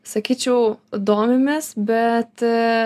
sakyčiau domimės bet